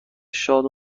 شاد